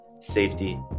safety